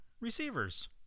receivers